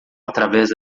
através